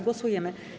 Głosujemy.